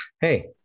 hey